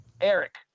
Eric